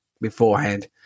beforehand